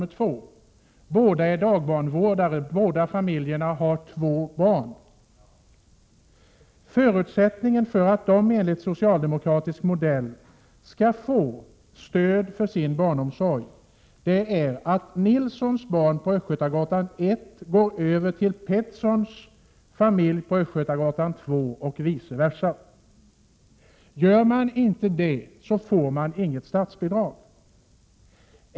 Båda familjerna är dagbarnvårdare, och båda har två barn. Förutsättningen för att de enligt socialdemokratisk modell skall få stöd för sin barnomsorg är att Nilssons barn på Östgötagatan 1 går över till Petterssons familj på Östgötagatan 2 och vice versa. Om de inte gör det får de inget statsbidrag.